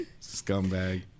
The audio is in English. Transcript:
Scumbag